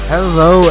Hello